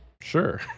sure